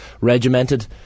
regimented